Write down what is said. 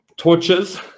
Torches